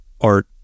art